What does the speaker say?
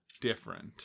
different